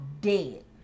dead